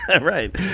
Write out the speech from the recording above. right